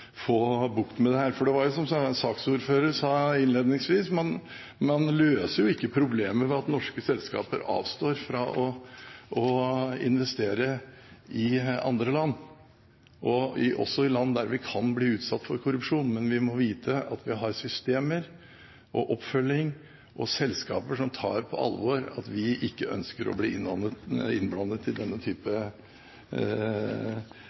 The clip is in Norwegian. få bukt med dette. For som saksordføreren sa innledningsvis: Man løser jo ikke problemet ved at norske selskaper avstår fra å investere i andre land, også i land der vi kan bli utsatt for korrupsjon, men vi må vite at vi har systemer og oppfølging og selskaper som tar på alvor at vi ikke ønsker å bli innblandet i denne